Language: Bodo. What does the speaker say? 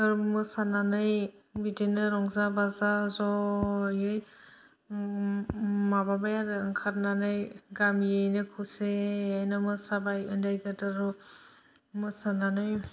मोसानानै बिदिनो रंजा बाजा ज'यै माबाबाय आरो ओंखारनानै गामियैनो खुसियैनो मोसाबाय उन्दै गेदेर मोसानानै